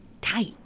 tight